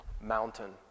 mountain